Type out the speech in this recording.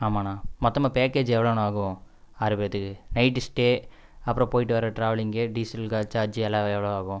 ஆமாண்ணா மொத்தமாக பேக்கேஜ் எவ்வளோண்ணா ஆகும் ஆறு பேத்துக்கு நைட்டு ஸ்டே அப்புறம் போயிட்டு வர ட்ராவலிங்கு டீசல் கா சார்ஜு எல்லாம் எவ்வளோ ஆகும்